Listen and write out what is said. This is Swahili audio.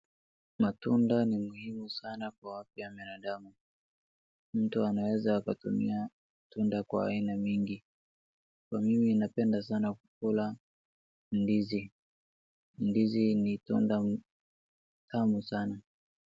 Matunda ni muhimu sana kwa afya ya binadamu. Mtu anaweza akatumia tunda kwa aina mingi. Kwa mimi napenda sana kukula ndizi. Ndizi ni tunda tamu sana.